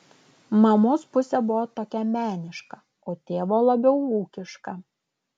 mamos pusė buvo tokia meniška o tėvo labiau ūkiška